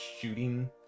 shooting